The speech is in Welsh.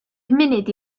munud